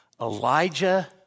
Elijah